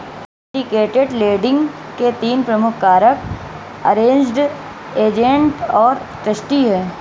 syndicated lending के तीन प्रमुख कारक अरेंज्ड, एजेंट और ट्रस्टी हैं